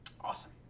Awesome